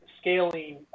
scaling